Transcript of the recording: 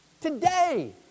Today